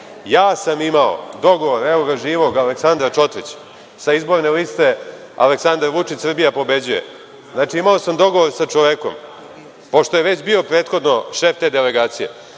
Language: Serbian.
ja sam imao dogovor, evo ga živog, Aleksandra Čotrića, sa izborne liste Aleksandar Vučića – Srbija pobeđuje, znači imao sam dogovor sa čovekom, pošto je već bio prethodno šef te delegacije,